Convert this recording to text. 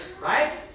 Right